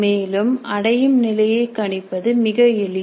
மேலும் அடையும் நிலையை கணிப்பது மிக எளிது